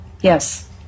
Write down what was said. Yes